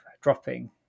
dropping